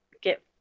get